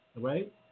Right